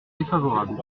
défavorable